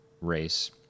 race